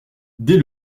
dès